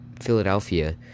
philadelphia